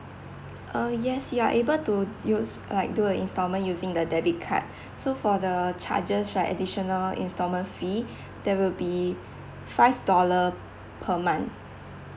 uh yes you are able to use like do a instalment using the debit card so for the charges right additional instalment fee there will be five dollar per month